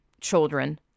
children